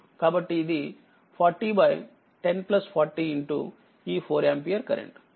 కాబట్టిఇది401040ఈ 4ఆంపియర్కరెంట్